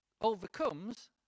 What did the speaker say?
overcomes